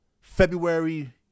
February